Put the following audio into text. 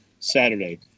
saturday